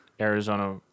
arizona